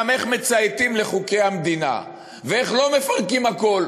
גם איך מצייתים לחוקי המדינה ואיך לא מפרקים הכול,